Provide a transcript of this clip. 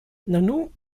nanu